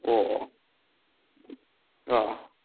ꯑꯣ ꯑꯣ ꯑꯥ ꯑꯥ